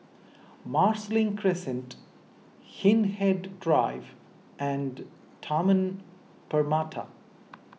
Marsiling Crescent Hindhede Drive and Taman Permata